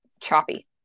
choppy